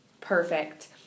Perfect